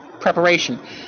preparation